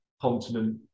continent